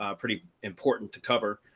ah pretty important to cover.